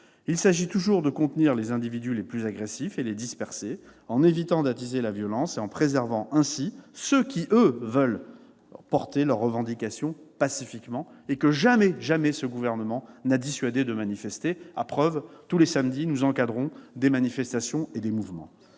Il s'agit toujours de contenir les individus les plus agressifs et de les disperser, en évitant d'attiser la violence et en préservant ainsi ceux qui veulent, eux, porter leurs revendications pacifiquement. Jamais ce gouvernement n'a dissuadé de manifester ! La preuve, tous les samedis, nous encadrons des manifestations et des mouvements.